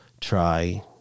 try